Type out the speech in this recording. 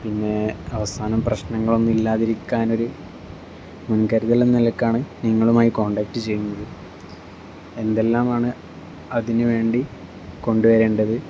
പിന്നെ അവസാനം പ്രശ്നങ്ങളൊന്നും ഇല്ലാതിരിക്കാൻ ഒരു മുൻകരുതൽ എന്ന നിലക്കാണ് നിങ്ങളുമായി കോൺടാക്ട് ചെയ്യുന്നത് എന്തെല്ലാം ആണ് അതിന് വേണ്ടി കൊണ്ടു വരേണ്ടത്